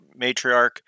matriarch